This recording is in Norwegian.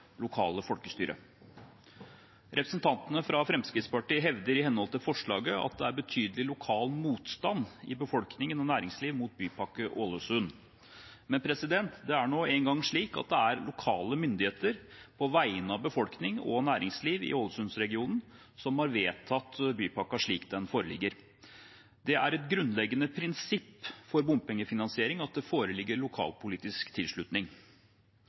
lokale folkestyret. Representantene fra Fremskrittspartiet hevder i henhold til forslaget at det er betydelig lokal motstand i befolkningen og næringslivet mot Bypakke Ålesund. Men det er nå en gang slik at det er lokale myndigheter, på vegne av befolkning og næringsliv i Ålesunds-regionen, som har vedtatt bypakken slik den foreligger. Det er et grunnleggende prinsipp for bompengefinansiering at det foreligger lokalpolitisk tilslutning.